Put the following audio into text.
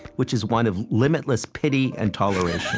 which is one of limitless pity and toleration,